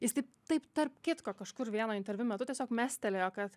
jis taip taip tarp kitko kažkur vieno interviu metu tiesiog mestelėjo kad